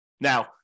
Now